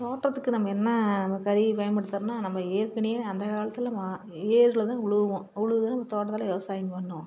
தோட்டத்துக்கு நம்ம என்ன கருவி பயன்படுத்துகிறோனா நம்ம ஏற்கனவே அந்த காலத்தில் வா ஏர் வந்து உழுவுவோம் உழுது நம்ம தோட்டத்தில் விவசாயம் பண்ணுவோம்